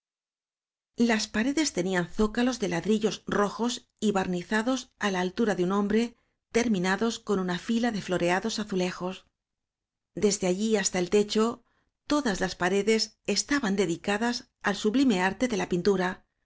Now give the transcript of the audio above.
las paredes tenían zócalos de ladrillos rojos y barnizados á la altura de un hombre terminados con una fila de floreados azulejos desde allí hasta el techo todas las paredes estaban dedicadas al sublime arte de la pintu